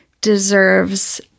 deserves